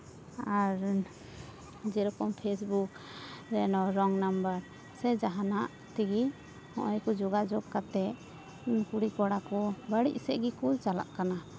ᱟᱨ ᱡᱮᱨᱚᱠᱚᱢ Facebook ᱨᱮ ᱨᱚᱝ ᱱᱟᱢᱵᱟᱨ ᱥᱮ ᱡᱟᱦᱟᱱᱟᱜ ᱛᱮᱜᱮ ᱱᱚᱜᱼᱚᱭ ᱠᱚ ᱡᱳᱜᱟᱡᱳᱜᱽ ᱠᱟᱛᱮᱫ ᱠᱩᱲᱤ ᱠᱚᱲᱟ ᱠᱚ ᱵᱟᱹᱲᱤᱡ ᱥᱮᱫ ᱜᱮᱠᱚ ᱪᱟᱞᱟᱜ ᱠᱟᱱᱟ